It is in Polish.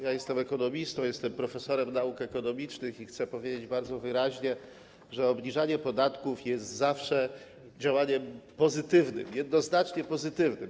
Ja jestem ekonomistą, jestem profesorem nauk ekonomicznych i chcę powiedzieć bardzo wyraźnie, że obniżanie podatków jest zawsze działaniem pozytywnym, jednoznacznie pozytywnym.